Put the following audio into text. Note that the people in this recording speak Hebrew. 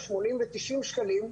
80 ו-90 שקלים.